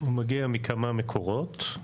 הוא מגיע מכמה מקורות.